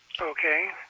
Okay